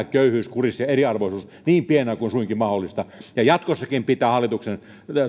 köyhyys kurissa ja eriarvoisuus niin pienenä kuin suinkin mahdollista ja jatkossakin pitää hallituksen